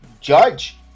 Judge